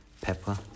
pepper